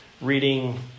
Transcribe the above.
reading